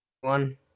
one